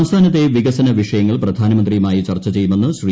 സംസ്ഥാനത്തെ വികസന വിഷയങ്ങൾ പ്രധാനമന്ത്രിയുമായി ചർച്ച ചെയ്യുമെന്ന് ശ്രീ